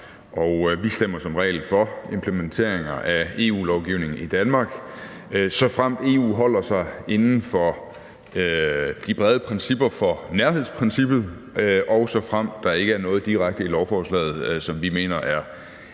vi stemmer som regel for implementeringer af EU-lovgivning i Danmark, såfremt EU holder sig inden for de brede principper for nærhedsprincippet, og såfremt der ikke er noget i lovforslaget, som vi mener er direkte